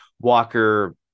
Walker